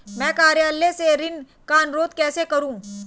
मैं कार्यालय से ऋण का अनुरोध कैसे करूँ?